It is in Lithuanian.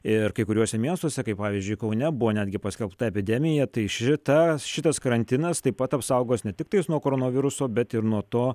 ir kai kuriuose miestuose kaip pavyzdžiui kaune buvo netgi paskelbta epidemija tai šita šitas karantinas taip pat apsaugos ne tiktais nuo koronaviruso bet ir nuo to